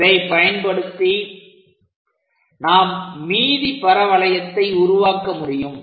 இதை பயன்படுத்தி நாம் மீதி பரவளையத்தை உருவாக்க முடியும்